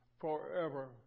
forever